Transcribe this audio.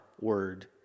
word